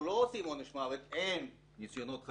לא עושים עונש מוות אין ניסיונות חטיפה,